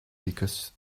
because